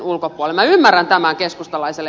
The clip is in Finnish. minä ymmärrän tämän